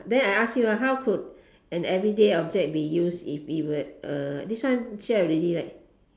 then I ask you ah how could an everyday object be used if it would uh this one share already right